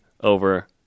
over